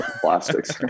plastics